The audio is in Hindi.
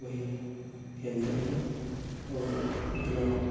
वही खेलते हैं और उतना